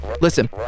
listen